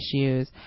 issues